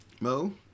Mo